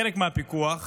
חלק מהפיקוח